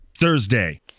Thursday